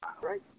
Right